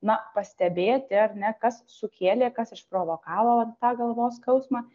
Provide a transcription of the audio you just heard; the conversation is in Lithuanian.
na pastebėti ar ne kas sukėlė kas išprovokavo tą galvos skausmą